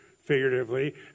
figuratively